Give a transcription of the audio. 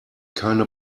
keine